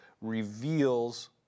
reveals